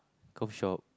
coffee shop